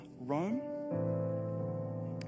Rome